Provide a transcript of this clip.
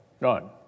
none